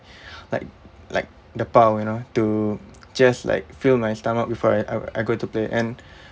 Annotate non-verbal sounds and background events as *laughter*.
*breath* like like the pau you know to just like fill my stomach before I I go to play and